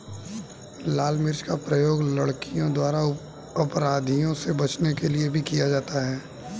लाल मिर्च का प्रयोग लड़कियों द्वारा अपराधियों से बचने के लिए भी किया जाता है